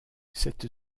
cette